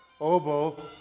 oboe